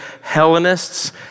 Hellenists